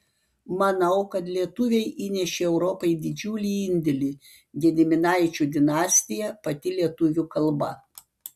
manau kad lietuviai įnešė europai didžiulį indėlį gediminaičių dinastija pati lietuvių kalba